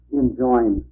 enjoin